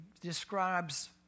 describes